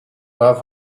pas